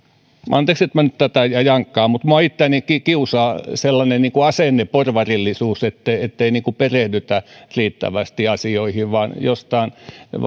anteeksi että nyt tätä jankkaan mutta minua itseänikin kiusaa sellainen asenneporvarillisuus ettei perehdytä riittävästi asioihin vaan joistain